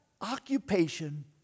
occupation